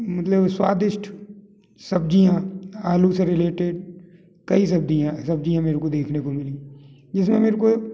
मतलब स्वादिष्ठ सब्ज़ियाँ आलू से रिलेटेड कई सब्ज़ियाँ सब्जियाँ मेरे को देखने को मिलीं जिसमें मेरे को